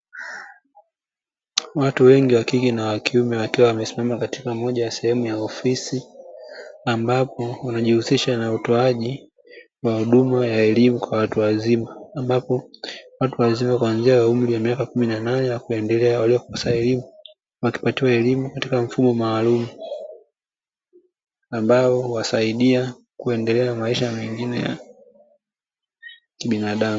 Watu wengi wa kike na wa kiume wakiwa wamesimama katika moja ya sehemu ya ofisi ambapo wanajiusisa na utoaji wa huduma ya elimu kwa watu wazima ambapo watu wa umri mzima kuanzia miaka kumi na nane na kuendelea wakipatiwa elimu katika mfumo maalumu ambao huwa saidia kuendelea na maisha mengine ya kibinadamu.